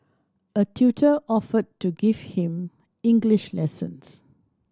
a tutor offered to give him English lessons